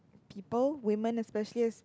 people women especially as